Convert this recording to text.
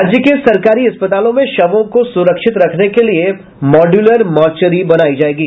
राज्य के सरकारी अस्पतालों में शवों को सुरक्षित रखने के लिए मॉड्यूलर मोर्चरी बनायी जायेगी